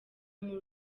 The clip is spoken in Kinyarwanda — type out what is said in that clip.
muri